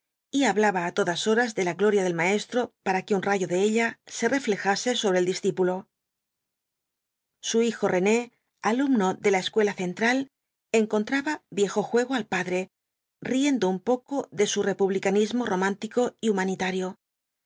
y hablaba á todas horas de la gloria del maestro para que un rayo de ella se reflejase sobre el discípulo su hijo rene alumno de la escuela central encontraba viejo juego al padre riendo un poco de su republicanismo romántico y humanitario